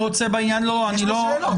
יש פה שאלות.